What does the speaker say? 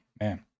Man